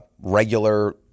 regular